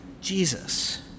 Jesus